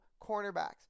cornerbacks